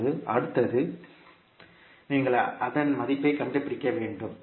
இப்போது அடுத்தது நீங்கள் அதன் மதிப்பைக் கண்டுபிடிக்க வேண்டும்